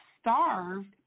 starved